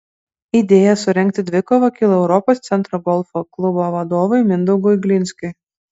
idėja surengti dvikovą kilo europos centro golfo klubo vadovui mindaugui glinskiui